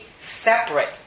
separate